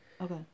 Okay